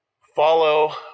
Follow